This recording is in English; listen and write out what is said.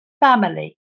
family